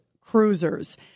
cruisers